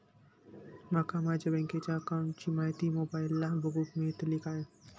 माका माझ्या बँकेच्या अकाऊंटची माहिती मोबाईलार बगुक मेळतली काय?